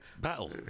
battle